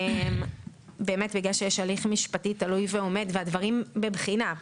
בגלל שיש הליך משפטי תלוי ועומד והדברים בבחינה,